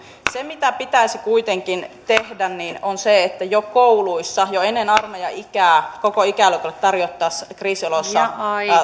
se mitä pitäisi kuitenkin tehdä on se että jo kouluissa jo ennen armeijaikää koko ikäluokalle tarjottaisiin kriisioloissa